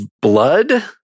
blood